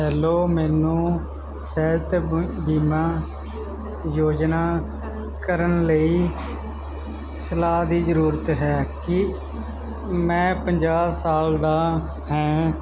hello ਮੈਨੂੰ ਸਿਹਤ ਬ ਬੀਮਾ ਯੋਜਨਾ ਕਰਨ ਲਈ ਸਲਾਹ ਦੀ ਜ਼ਰੂਰਤ ਹੈ ਕੀ ਮੈਂ ਪੰਜਾਹ ਸਾਲ ਦਾ ਹਾਂ